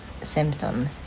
symptom